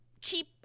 keep